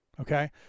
Okay